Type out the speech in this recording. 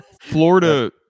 Florida